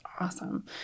Awesome